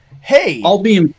hey